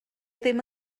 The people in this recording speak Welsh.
ddim